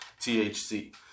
thc